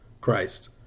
Christ